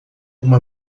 uma